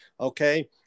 Okay